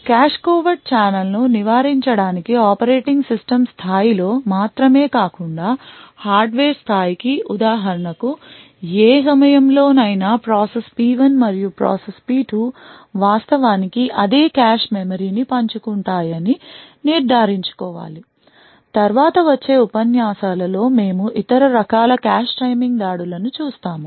cache covert ఛానెల్ను నివారించడానికి operating system స్థాయిలో మాత్రమే కాకుండా హార్డ్వేర్ స్థాయికి ఉదాహరణకు ఏ సమయంలో నైనా ప్రాసెస్ P1 మరియు ప్రాసెస్ P2 వాస్తవానికి అదే కాష్ మెమరీని పంచుకుంటాయని నిర్ధారించుకోవాలి తరువాత వచ్చే ఉపన్యాసాల లో మేము ఇతర రకాల కాష్ టైమింగ్ దాడులను చూస్తాము